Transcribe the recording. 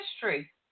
history